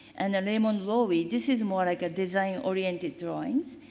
and the raymond loewy, this is more like a design oriented drawings.